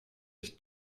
sich